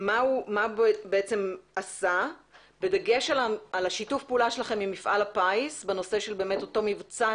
ומה הוא עשה בדגש על שיתוף הפעולה שלכם עם מפעל הפיס בנושא של אותו מבצע